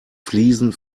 fliesen